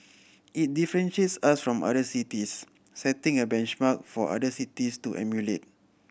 it differentiates us from other cities setting a benchmark for other cities to emulate